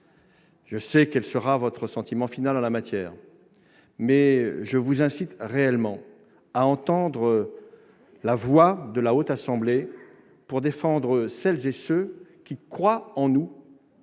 Je sais quel sera votre sentiment final en la matière, mais je vous incite vraiment à entendre la voix de la Haute Assemblée afin de défendre celles et ceux qui croient en nous